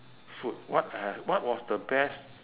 food what uh what was the best